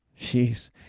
Jeez